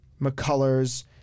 McCullers